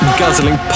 guzzling